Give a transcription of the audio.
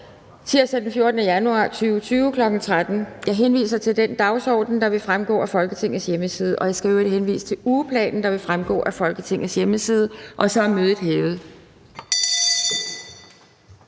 tirsdag den 14. januar 2020, kl. 13.00. Jeg henviser til den dagsorden, der vil fremgå af Folketingets hjemmeside, og jeg skal i øvrigt henvise til ugeplanen, der vil fremgå af Folketingets hjemmeside. Mødet er hævet.